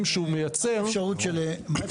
שהוא מייצר --- מהי האפשרות של דיווח,